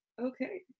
okay